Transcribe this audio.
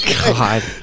God